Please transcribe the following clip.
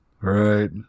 Right